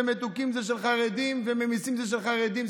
שמתוקים של חרדים ושממיסים זה של חרדים.